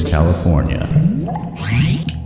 California